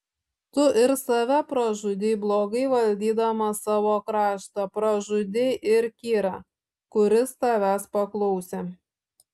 tu ir save pražudei blogai valdydamas savo kraštą pražudei ir kyrą kuris tavęs paklausė